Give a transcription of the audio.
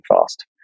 fast